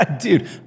dude